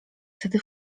wtedy